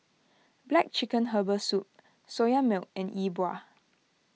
Black Chicken Herbal Soup Soya Milk and Yi Bua